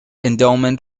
endowment